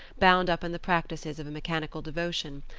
bound up in the practices of a mechanical devotion,